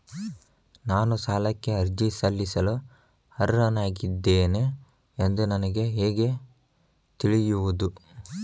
ನಾನು ಸಾಲಕ್ಕೆ ಅರ್ಜಿ ಸಲ್ಲಿಸಲು ಅರ್ಹನಾಗಿದ್ದೇನೆ ಎಂದು ನನಗೆ ಹೇಗೆ ತಿಳಿಯುವುದು?